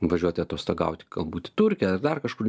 važiuoti atostogauti galbūt į turkiją ar dar kažkur